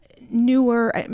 newer